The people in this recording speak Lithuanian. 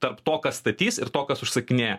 tarp to ką statys ir tokios užsakinėja